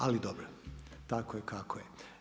Ali dobro, tako je, kako je.